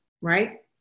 right